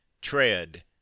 tread